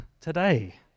today